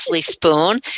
Spoon